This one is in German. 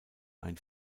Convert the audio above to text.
ein